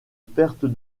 perte